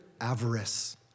avarice